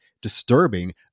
disturbing